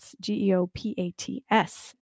G-E-O-P-A-T-S